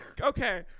Okay